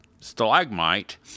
stalagmite